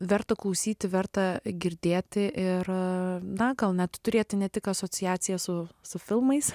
verta klausyti verta girdėti ir na gal net turėti ne tik asociaciją su su filmais